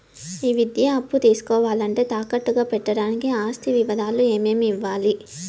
ఈ విద్యా అప్పు తీసుకోవాలంటే తాకట్టు గా పెట్టడానికి ఆస్తి వివరాలు ఏమేమి ఇవ్వాలి?